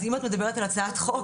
אז אם את מדברת על הצעת חוק,